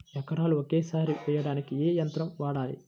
ఎకరాలు ఒకేసారి వేయడానికి ఏ యంత్రం వాడాలి?